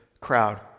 crowd